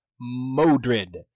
Modred